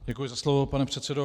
Děkuji za slovo, pane předsedo.